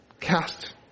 Cast